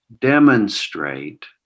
demonstrate